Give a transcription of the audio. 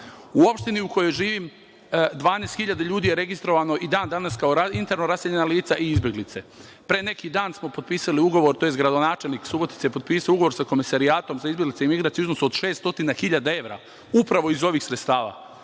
U opštini u kojoj živim 12.000 ljudi je registrovano i dan danas kao interno raseljena lica i izbeglice. Pre neki dan smo potpisali ugovor, tj. gradonačelnik Subotice je potpisao ugovor sa Komesarijatom za izbeglice i migracije u iznosu od 600.000 evra upravo iz ovih sredstava.